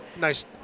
nice